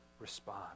respond